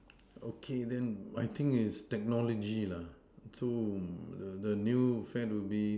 okay then I think is technology lah so the the new fad will be